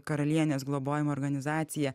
karalienės globojama organizacija